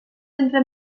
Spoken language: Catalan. entre